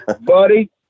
buddy